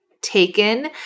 taken